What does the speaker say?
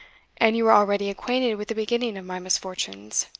and you were already acquainted with the beginning of my misfortunes.